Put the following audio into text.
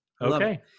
Okay